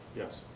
yes.